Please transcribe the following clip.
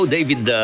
David